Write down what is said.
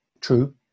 True